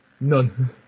None